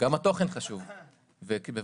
כוח הקנייה של שכר המינימום בישראל,